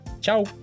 Ciao